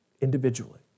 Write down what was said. Individually